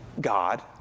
God